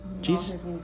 Jesus